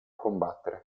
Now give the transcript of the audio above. combattere